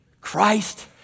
Christ